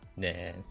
the